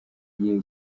gihe